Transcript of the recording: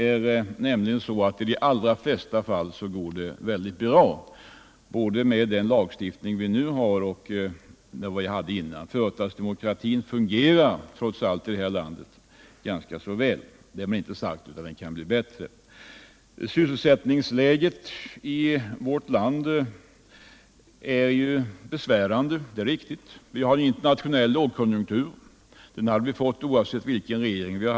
I de allra flesta fall går det nämligen mycket bra, både under den nuvarande lagstiftningen och under den vi hade tidigare. Företagsdemokratin fungerar trots allt ganska väl i det här landet. Därmed inte sagt att den inte kan bli bättre. Det är riktigt att sysselsättningsläget i vårt land är besvärande. Det råder en Näringspolitiken Näringspolitiken 60 internationell lågkonjunktur, och den hade vi fått oavsett vilken regering vi haft.